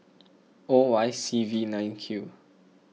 O Y C V nine Q